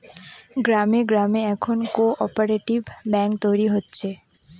গ্রামে গ্রামে এখন কোঅপ্যারেটিভ ব্যাঙ্ক তৈরী হচ্ছে